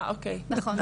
נכון.